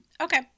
Okay